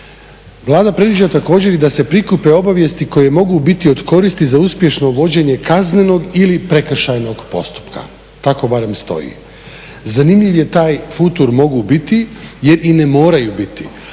Vlada predviđa također i da se prikupe obavijesti koje mogu biti od koristi za uspješno vođenje kaznenog ili prekršajnoj postupka, tako barem stoji. Zanimljiv je taj futur mogu biti jer i ne moraju biti,